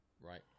right